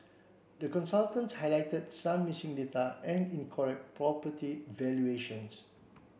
the consultants highlighted some missing data and incorrect property valuations